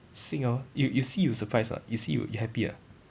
you you see you surprise or not you see you you happy ah